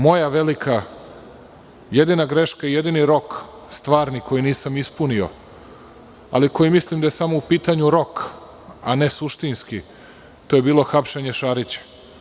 Moja velika, jedina greška i jedini rok stvarni koji nisam ispunio, ali koji mislim da je samo u pitanju rok, a ne suštinski, to je bilo hapšenje Šarića.